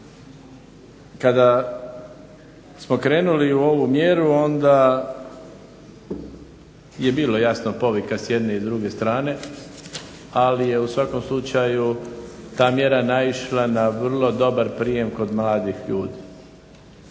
kada smo krenuli u ovu mjeru onda je bilo jasno povika s jedne i s druge strane, ali je u svakom slučaju ta mjera naišla na vrlo dobar prijem kod mladih ljudi